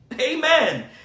Amen